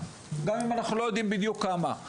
גם אם אנחנו לא יודעים בדיוק כמה,